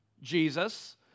Jesus